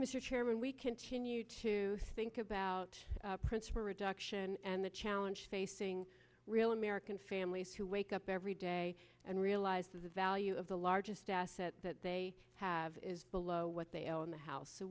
mr chairman we continue to think about principal reduction and the challenge facing real american families who wake up every day and realize the value of the largest asset that they have is below what they owe in the house so